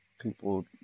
people